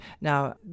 Now